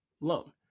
loan